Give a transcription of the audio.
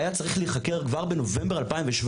היה צריך להיחקר כבר בנובמבר 2017,